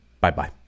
Bye-bye